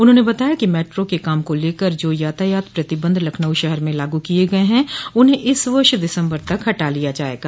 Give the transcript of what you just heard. उन्होंने बताया है कि मेट्रो के काम को लेकर जो यातायात प्रतिबंध लखनऊ शहर में लागू किये गये हैं उन्हें इस वर्ष दिसम्बर तक हटा लिया जायेगा